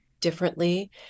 differently